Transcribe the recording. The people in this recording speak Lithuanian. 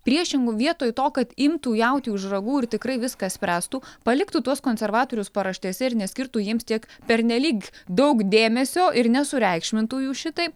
priešingu vietoj to kad imtų jautį už ragų ir tikrai viską spręstų paliktų tuos konservatorius paraštėse ir neskirtų jiems tiek pernelyg daug dėmesio ir nesureikšmintų jų šitaip